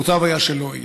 מוטב היה שלא יהיה.